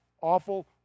awful